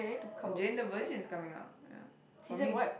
Jane-the-Virgin is coming out ya for me